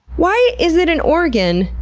why is it an organ?